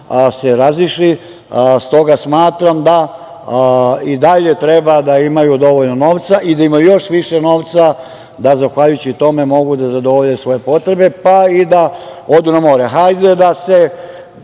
se razišli, s toga smatram da i dalje treba da imaju dovoljno novca i da imaju još više novca, da zahvaljujući tome mogu da zadovolje svoje potrebe, pa i da odu na more. Hajde da se